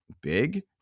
big